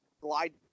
glide